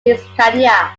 hispania